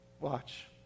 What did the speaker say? Watch